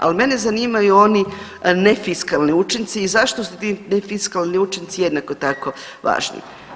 Ali mene zanimaju oni nefiskalni učinci i zašto su ti nefiskalni učinci jednako tako važni.